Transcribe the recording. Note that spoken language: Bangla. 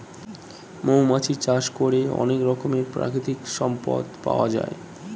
মৌমাছি চাষ করে অনেক রকমের প্রাকৃতিক সম্পদ পাওয়া যায়